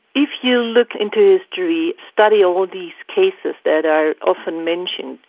if you look into history, study all these cases that are often mentioned,